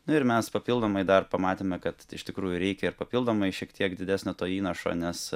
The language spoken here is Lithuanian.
nu ir mes papildomai dar pamatėme kad iš tikrųjų reikia ir papildomai šiek tiek didesnio to įnašo nes